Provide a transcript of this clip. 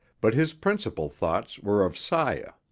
but his principal thoughts were of saya.